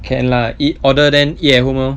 can lah eat order then eat at home ah